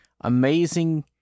amazing